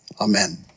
Amen